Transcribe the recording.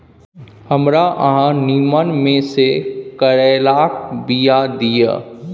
हमरा अहाँ नीमन में से करैलाक बीया दिय?